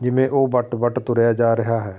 ਜਿਵੇਂ ਉਹ ਵੱਟ ਵੱਟ ਤੁਰਿਆ ਜਾ ਰਿਹਾ ਹੈ